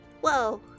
Whoa